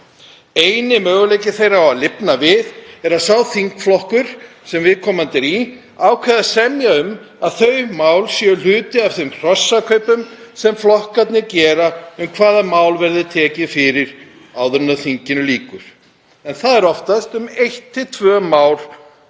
Eini möguleiki þeirra á að lifna við er að sá þingflokkur sem viðkomandi er í ákveði að semja um að þau mál séu hluti af þeim hrossakaupum sem flokkarnir gera um hvaða mál verði tekin fyrir áður en þinginu lýkur, en það er oftast eitt til